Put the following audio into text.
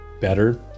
better